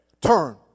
Turn